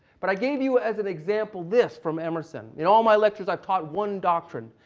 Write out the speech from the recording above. but i gave you as an example this from emerson. in all my lectures, i've taught one doctrine,